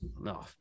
No